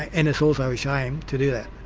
and it's also a shame to do that.